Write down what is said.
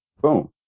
Boom